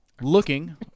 Looking